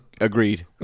Agreed